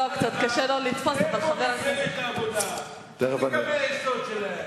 איפה מפלגת העבודה, איפה קווי היסוד שלהם?